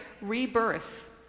rebirth